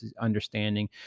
understanding